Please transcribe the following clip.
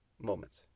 Moments